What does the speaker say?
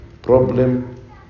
problem